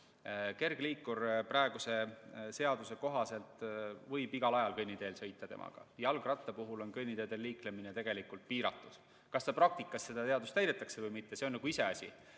Kergliikuriga praeguse seaduse kohaselt võib igal ajal kõnniteel sõita. Jalgratta puhul on kõnniteedel liiklemine tegelikult piiratud. Kas praktikas seda seadust täidetakse või mitte, see on iseasi,